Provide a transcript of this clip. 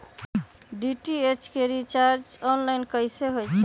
DTH के recharge online कैसे होईछई?